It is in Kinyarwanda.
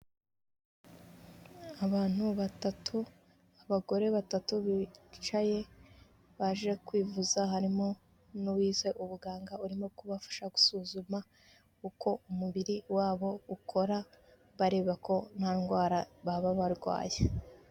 Abantu batatu abagore batatu bicaye baje kwivuza harimo n'uwize ubuganga urimo kubafasha gusuzuma uko umubiri wabo ukora bareba ko nta ndwara baba barwaye.